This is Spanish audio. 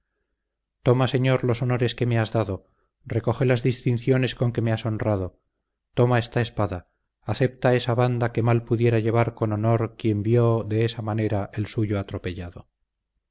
toma señor los honores que me has dado recoge las distinciones con que me has honrado toma esta espada acepta esa banda que mal pudiera llevar con honor quien vio de esa manera el suyo atropellado